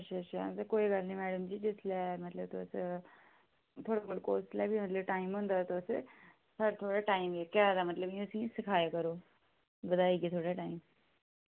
ते कोई गल्ल नीं मैडम जी जिसलै मतलब तुस थुआढ़े कोल कुसलै बी मतलब टाइम होंदा ऐ ते सर थोह्ड़ा टाइम मतलब के उसी सखा करो बधाइयै थोह्ड़ा टाइम